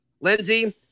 Lindsey